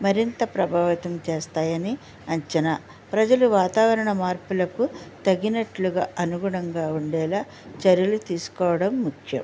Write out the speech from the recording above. మరింత ప్రభావితం చేస్తాయని అంచనా ప్రజలు వాతావరణ మార్పులకు తగినట్లుగా అనుగుణంగా ఉండేలా చర్యలు తీసుకోవడం ముఖ్యం